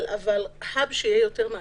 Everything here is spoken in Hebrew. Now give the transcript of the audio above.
צריך Hub שיהיה יותר מעשי,